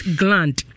gland